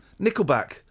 Nickelback